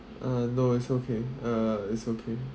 ah no is okay uh is okay